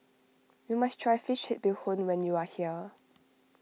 you must try Fish Head Bee Hoon when you are here